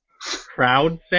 Crowd